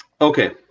Okay